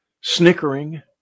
snickering